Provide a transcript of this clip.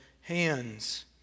hands